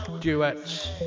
duets